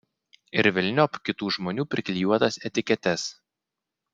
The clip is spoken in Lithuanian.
ir velniop kitų žmonių priklijuotas etiketes